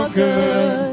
good